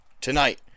tonight